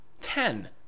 Ten